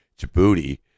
Djibouti